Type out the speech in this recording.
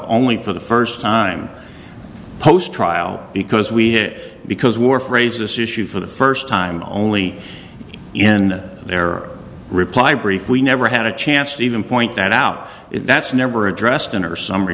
only for the first time post trial because we because wharf raise this issue for the first time only in their reply brief we never had a chance to even point that out if that's never addressed in her summ